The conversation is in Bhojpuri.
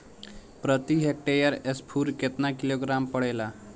प्रति हेक्टेयर स्फूर केतना किलोग्राम पड़ेला?